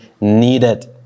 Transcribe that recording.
needed